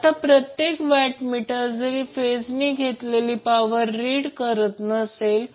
आता प्रत्येक watt meter जरी फेजने घेतलेली पॉवर रिड करत नसेल